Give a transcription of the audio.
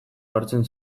ohartzen